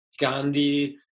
Gandhi